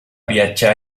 viatjar